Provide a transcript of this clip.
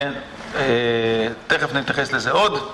תכף נתייחס לזה עוד